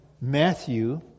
Matthew